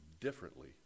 differently